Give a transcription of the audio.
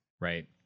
right